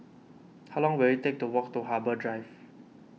how long will it take to walk to Harbour Drive